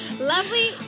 Lovely